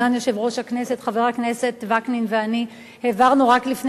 סגן יושב-ראש הכנסת חבר הכנסת וקנין ואני העברנו רק לפני